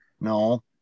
No